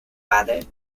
added